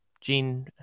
Gene